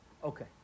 Okay